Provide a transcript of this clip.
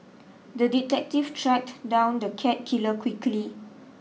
the detective tracked down the cat killer quickly